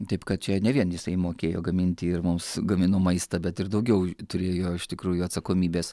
taip kad čia ne vien jisai mokėjo gaminti ir mums gamino maistą bet ir daugiau turėjo iš tikrųjų atsakomybės